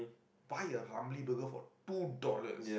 buy a Ramly Burger for two dollars